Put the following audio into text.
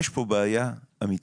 יש פה בעיה אמיתית,